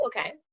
Okay